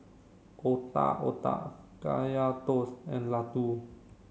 Otak Otak Kaya Toast and Laddu